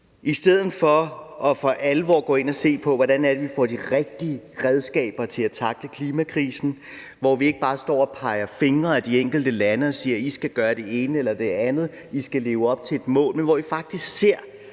i stedet for for alvor at gå ind at se på, hvordan det er, vi får de rigtige redskaber til at tackle klimakrisen, så vi ikke bare står og peger fingre ad de enkelte lande og siger, at de skal gøre det ene eller det andet, at de skal leve op til et mål, så skulle vi faktisk mere